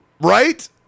Right